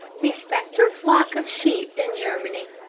the spectre flock of sheep in germany